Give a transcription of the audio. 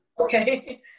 Okay